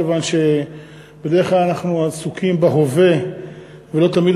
כיוון שבדרך כלל אנחנו עסוקים בהווה ולא תמיד